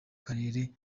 karere